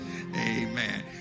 Amen